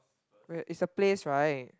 wait it's a place right